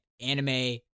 anime